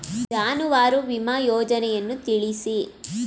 ಜಾನುವಾರು ವಿಮಾ ಯೋಜನೆಯನ್ನು ತಿಳಿಸಿ?